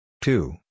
two